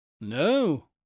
No